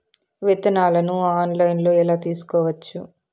విత్తనాలను ఆన్లైన్లో ఎలా తీసుకోవచ్చు